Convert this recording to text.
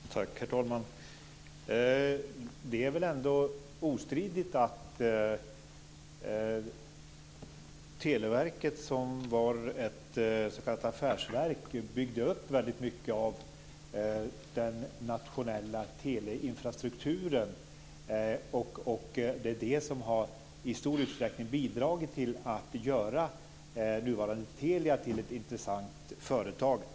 Herr talman! Det är väl ändå ostridigt att Televerket, som var ett s.k. affärsverk, byggde upp väldigt mycket av den nationella teleinfrastrukturen och att det är det som i stor utsträckning har bidragit till att göra nuvarande Telia till ett intressant företag.